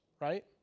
right